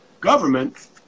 government